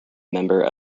member